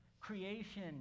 Creation